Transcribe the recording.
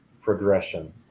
progression